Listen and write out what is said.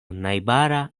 najbara